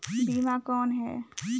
बीमा कौन है?